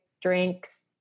drinks